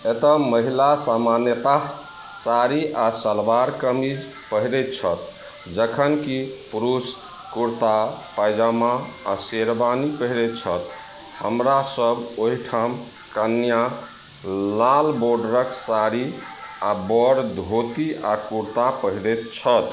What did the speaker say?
एतऽ महिला सामान्यतः साड़ी आओर सलवार कमीज पहिरै छथि जखनकि पुरुख कुरता पैजामा आओर शेरवानी पहिरै छथि हमरासभ ओहिठाम कनिआँ लाल बॉडरके साड़ी आओर वर धोती आओर कुरता पहिरैत छथि